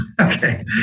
Okay